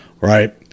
right